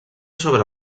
sobre